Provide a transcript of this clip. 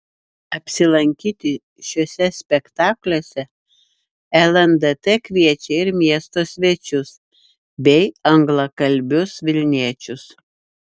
apsilankyti šiuose spektakliuose lndt kviečia ir miesto svečius bei anglakalbius vilniečius